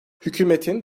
hükümetin